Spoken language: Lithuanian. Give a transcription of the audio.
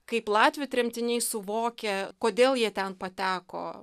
kaip latvių tremtiniai suvokia kodėl jie ten pateko